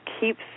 keeps